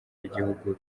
y’igihugu